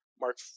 Mark